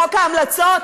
חוק ההמלצות,